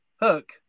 Hook